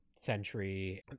century